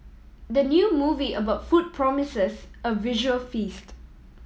the new movie about food promises a visual feast